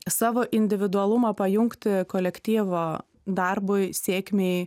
savo individualumą pajungti kolektyvą darbui sėkmei